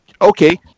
okay